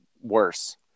worse